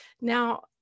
Now